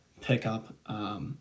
pickup